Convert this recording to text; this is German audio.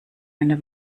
eine